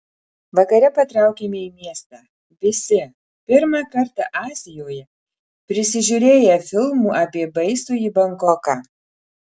vakare patraukėme į miestą visi pirmą kartą azijoje prisižiūrėję filmų apie baisųjį bankoką